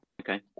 Okay